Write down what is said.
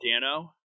Dano